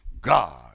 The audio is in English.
God